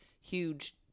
huge